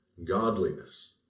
godliness